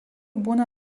būna